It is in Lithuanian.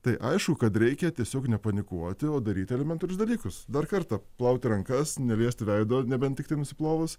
tai aišku kad reikia tiesiog nepanikuoti o daryti elementarius dalykus dar kartą plauti rankas neliesti veido nebent tiktai nusiplovus